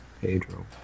Pedro